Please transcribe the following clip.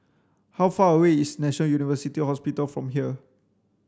how far away is National University Hospital from here